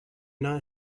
not